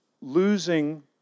losing